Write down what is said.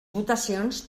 votacions